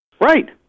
Right